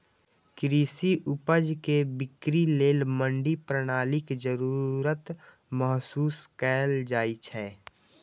कृषि उपज के बिक्री लेल मंडी प्रणालीक जरूरत महसूस कैल जाइ छै